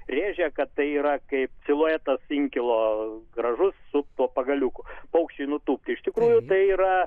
rėžia kad tai yra kaip siluetas inkilo gražus su pagaliuku paukščiui nutūpti iš tikrųjų tai yra